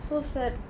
so sad